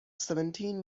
seventeen